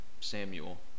Samuel